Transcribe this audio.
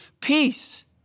peace